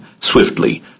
swiftly